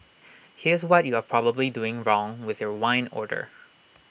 here's what you are probably doing wrong with your wine order